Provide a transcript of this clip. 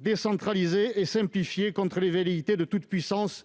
décentraliser et simplifier pour faire face aux velléités de toute-puissance